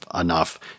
enough